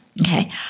Okay